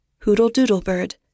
Hoodle-Doodle-Bird